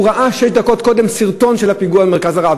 הוא ראה שש דקות קודם סרטון של הפיגוע ב"מרכז הרב".